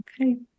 okay